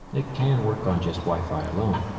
it can work on just wi-fi alone.